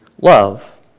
love